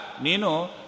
Nino